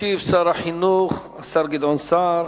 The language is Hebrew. ישיב שר החינוך, השר גדעון סער.